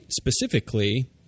specifically